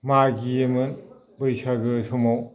मागियोमोन बैसागो समाव